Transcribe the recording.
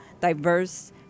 diverse